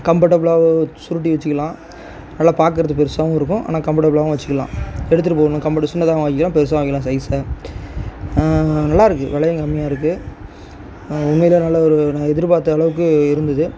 கம்பர்ட்டபுளாகவும் சுருட்டி வச்சுக்கலாம் நல்லா பார்க்கறத்துக்கு பெருசாகவும் இருக்கும் ஆனால் கம்பர்ட்டபுளாகவும் வச்சுக்கலாம் எடுத்துகிட்டு போகும்போது கம்பர்ட்டாக சின்னதாகவும் ஆக்கிக்கலாம் பெருசாகவும் ஆக்கிக்கலாம் சைஸை நல்லாருக்கு விலையும் கம்மியாக இருக்கு உண்மையில் நல்ல ஒரு நான் எதிர்பாத்த அளவுக்கு இருந்துது